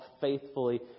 faithfully